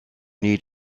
need